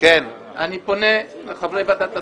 אני פונה לחברי ועדת ההסכמות.